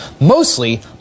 mostly